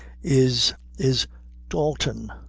is is dal-ton.